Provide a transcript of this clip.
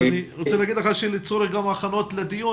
אני רוצה להגיד לך שלצורך ההכנות לדיון,